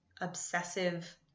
obsessive